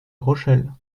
rochelle